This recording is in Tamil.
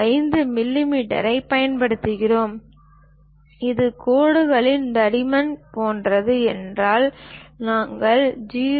5 மில்லிமீட்டர்களைப் பயன்படுத்துகிறோம் இது கோடுகளின் தடிமன் போன்றது என்றால் நாங்கள் 0